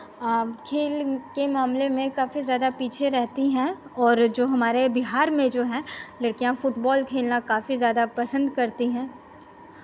खेल के मामले में काफी ज़्यादा पीछे रहती हैं और जो हमारे बिहार में जो हैं लड़कियां फुटबॉल खेलना काफी ज़्यादा पसंद करती हैं